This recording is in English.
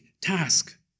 task